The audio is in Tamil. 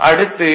அடுத்து டி